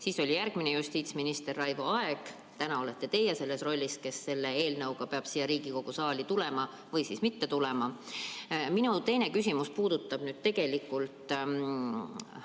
Järgmine justiitsminister oli Raivo Aeg ja täna olete teie selles rollis, kes selle eelnõuga peab siia Riigikogu saali tulema – või siis mitte tulema. Minu teine küsimus puudutab tegelikult